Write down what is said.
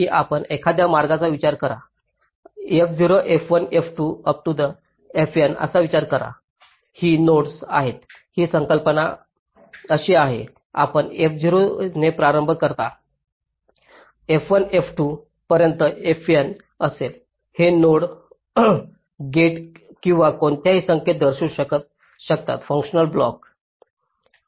पहा की आपण एखाद्या मार्गाचा विचार करा f0 f1 f2 fn चा विचार करा ही नोड्स आहेत ही कल्पना अशी आहे आपण f0 ने प्रारंभ कराल f1 f2 पर्यंत fn असेल हे नोड गेट्स किंवा कोणताही संकेत दर्शवू शकतात फंक्शनल ब्लॉक्स